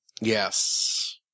Yes